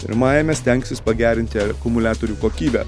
pirmajame stengsis pagerinti akumuliatorių kokybę